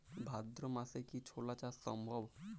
ভাদ্র মাসে কি ছোলা চাষ সম্ভব?